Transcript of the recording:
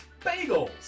Bagels